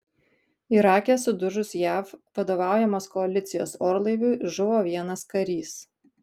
irake sudužus jav vadovaujamos koalicijos orlaiviui žuvo vienas karys